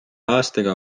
aastaga